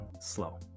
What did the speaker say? slow